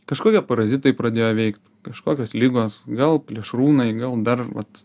kažkokie parazitai pradėjo veikt kažkokios ligos gal plėšrūnai gal dar vat